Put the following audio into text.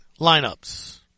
lineups